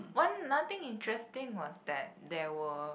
one nothing interesting was that there were